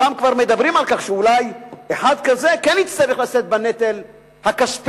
כבר מדברים על כך שאולי אחד כזה כן יצטרך לשאת בנטל הכספי